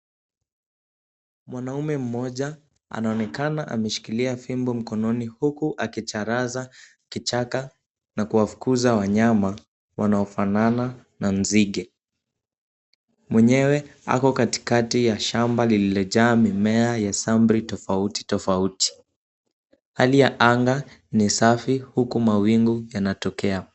Mwanaume mmoja anaonekana ameshikilia fimbo mkononi huku akicharaza kichaka na kuwafukuza wanyama wanaofanana na nzige. Mwenyewe ako katikati ya shamba lililojaa mimea ya samri tofauti tofauti. Hali ya anga ni safi huku mawingu yanatokea.